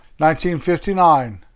1959